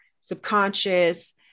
subconscious